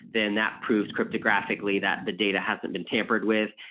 then that proves cryptographically that the data hasn't been tampered with,